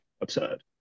absurd